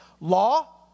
Law